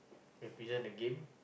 represent the game